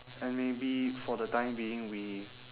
and maybe for the time being we